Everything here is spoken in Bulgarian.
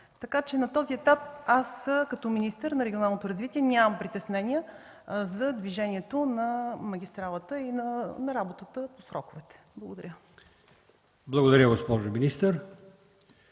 Така че на този етап като министър на регионалното развитие нямам притеснения за движението на магистралата и на работата по сроковете. Благодаря. ПРЕДСЕДАТЕЛ АЛИОСМАН